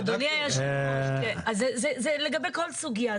אדוני היושב ראש, זה לגבי כל סוגיה.